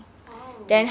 !wow!